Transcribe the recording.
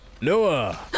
Noah